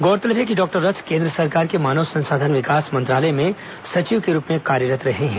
गौरतलब है कि डॉक्टर रथ केन्द्र सरकार के मानव संसाधन विकास मंत्रालय में सचिव के रूप में कार्यरत रहे हैं